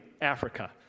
Africa